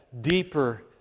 deeper